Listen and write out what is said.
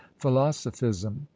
philosophism